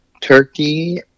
turkey